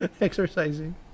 exercising